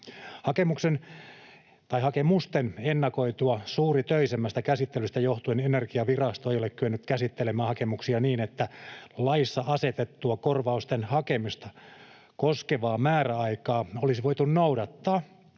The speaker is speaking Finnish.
Hakemusten ennakoitua suuritöisemmästä käsittelystä johtuen Energiavirasto ei ole kyennyt käsittelemään hakemuksia niin, että laissa asetettua korvausten hakemista koskevaa määräaikaa olisi voitu noudattaa.